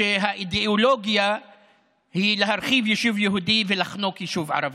שהאידיאולוגיה היא להרחיב יישוב יהודי ולחנוק יישוב ערבי.